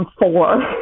four